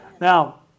Now